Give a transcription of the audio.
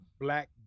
black